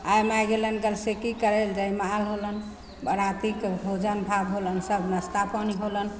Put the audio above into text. आइ माइ गेलनि गलसेकी करैले जयमाल होलनि बरातीके भोजन भात होलनि सब नाश्ता पानी होलनि